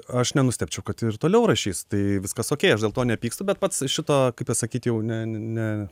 aš nenustebčiau kad ir toliau rašys tai viskas okei aš dėl to nepykstu bet pats šito pasakyt jau ne ne ne